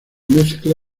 mezcla